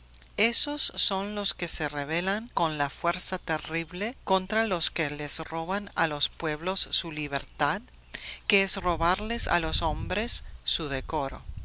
esos son los que se rebelan con fuerza terrible contra los que les roban a los pueblos su libertad que es robarles a los hombres su decoro